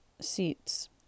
seats